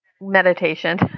Meditation